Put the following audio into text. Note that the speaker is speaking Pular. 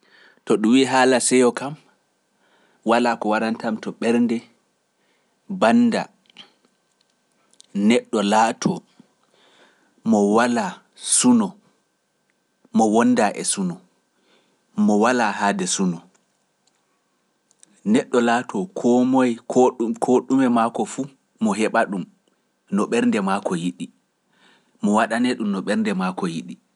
To ɗum wi haala seyo kam, walaa ko warantam to ɓernde bannda neɗɗo laatoo mo walaa suno mo wondaa e suno, mo walaa hade suno. Neɗɗo laatoo koo moye koo ɗume maako fu mo heɓa ɗum no ɓernde maako yiɗi, mo waɗane ɗum no ɓernde maako yiɗi.